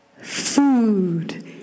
food